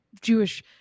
jewish